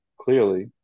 clearly